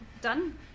done